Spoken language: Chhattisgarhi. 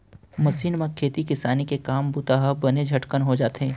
मसीन म खेती किसानी के काम बूता ह बने झटकन हो जाथे